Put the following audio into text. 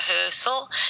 rehearsal